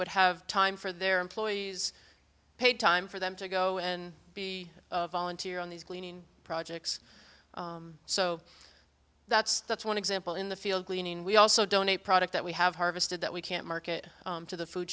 would have time for their employees paid time for them to go and be a volunteer on these projects so that's that's one example in the field cleaning we also donate product that we have harvested that we can't market to the food